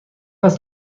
است